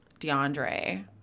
Deandre